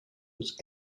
was